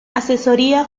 asesoría